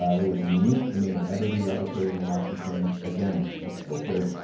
it was unique. it may not ever be replicated in washington again. and it's still true.